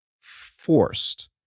forced